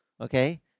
Okay